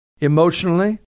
emotionally